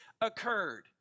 occurred